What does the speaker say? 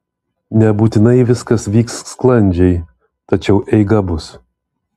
nebūtinai viskas vyks sklandžiai tačiau eiga bus